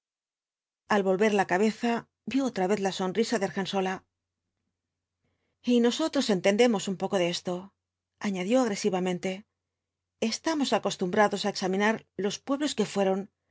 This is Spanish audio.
al volver la cabeza vio otra vez la sonrisa de argensola u cuatko jinbtbs dhl apooaiipsis y nosotros entendemos un poco de esto añadió agresivamente estamos acostumbrados á examinar los pueblos que fueron